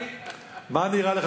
מה נראה לך,